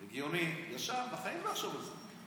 הגיוני, ישר, בחיים לא יחשוב על זה.